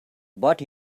brought